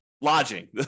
Lodging